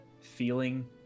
feeling